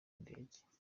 ndege